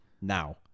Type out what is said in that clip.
Now